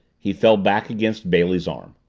he fell back against bailey's arm.